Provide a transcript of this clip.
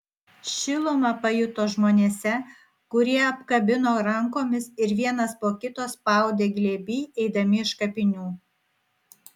šilumą pajuto žmonėse kurie apkabino rankomis ir vienas po kito spaudė glėby eidami iš kapinių